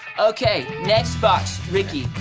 okay, next box. ricky,